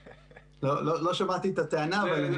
כהורה שרוצה לאמץ אבל אני